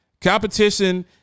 Competition